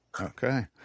Okay